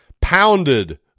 pounded